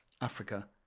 Africa